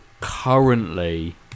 currently